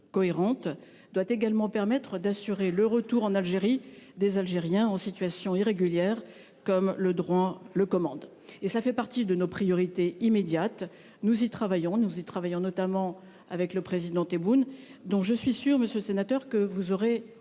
coopération soit cohérente, sur le retour en Algérie des Algériens en situation irrégulière, comme le droit le commande. Ce dossier fait partie de nos priorités immédiates. Nous y travaillons, notamment avec le président Tebboune, dont je suis sûre, monsieur le sénateur, que vous aurez